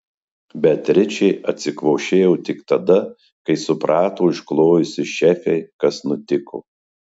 beatričė atsikvošėjo tik tada kai suprato išklojusi šefei kas nutiko